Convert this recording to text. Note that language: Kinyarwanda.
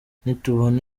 nitubona